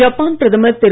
Japan பிரதமர் திரு